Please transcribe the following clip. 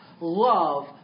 love